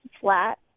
flat